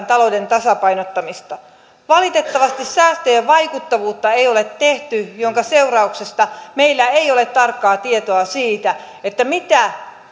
talouden tasapainottamista valitettavasti säästöjen vaikuttavuutta ei ole selvitetty minkä seurauksena meillä ei ole tarkkaa tietoa siitä mitä